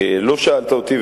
לא שאלת אותי,